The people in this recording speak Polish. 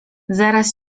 zaraz